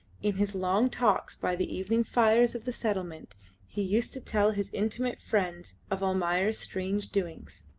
in his long talks by the evening fires of the settlement he used to tell his intimate friends of almayer's strange doings.